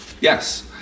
Yes